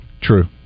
true